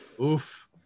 Oof